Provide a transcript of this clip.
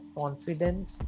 confidence